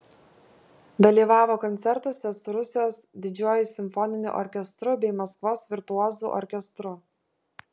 dalyvavo koncertuose su rusijos didžiuoju simfoniniu orkestru bei maskvos virtuozų orkestru